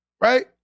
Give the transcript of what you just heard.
right